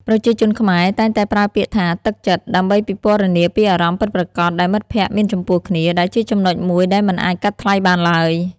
ប្រជាជនខ្មែរតែងតែប្រើពាក្យថា“ទឹកចិត្ត”ដើម្បីពិពណ៌នាពីអារម្មណ៍ពិតប្រាកដដែលមិត្តភក្តិមានចំពោះគ្នា ដែលជាចំណុចមួយដែលមិនអាចកាត់ថ្លៃបានឡើយ។